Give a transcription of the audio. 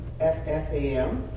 FSAM